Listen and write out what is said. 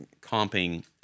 comping